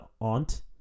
aunt